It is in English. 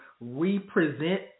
represent